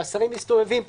שהשרים מסתובבים פה,